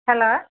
hello